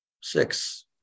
Six